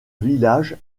village